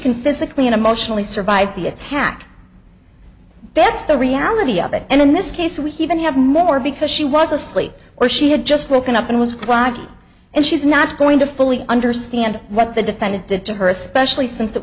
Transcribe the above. can physically and emotionally survive the attack that's the reality of it and in this case we even have more because she was asleep or she had just woken up and was quiet and she's not going to fully understand what the defendant did to her especially since it